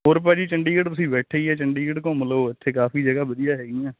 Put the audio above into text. ਹੋਰ ਭਾਅ ਜੀ ਚੰਡੀਗੜ੍ਹ ਤੁਸੀਂ ਬੈਠੇ ਹੀ ਹ ਚੰਡੀਗੜ੍ਹ ਘੁੰਮ ਲਓ ਇਥੇ ਕਾਫੀ ਜਗਹਾ ਵਧੀਆ ਹੈਗੀਆਂ